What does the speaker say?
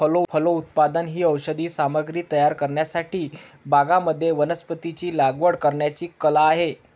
फलोत्पादन ही औषधी सामग्री तयार करण्यासाठी बागांमध्ये वनस्पतींची लागवड करण्याची कला आहे